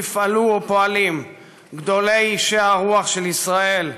יפעלו ופועלים גדולי אישי הרוח של ישראל,